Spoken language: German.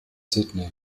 sydney